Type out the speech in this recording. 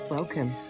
Welcome